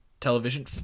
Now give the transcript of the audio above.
television